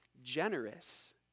Generous